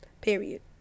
Period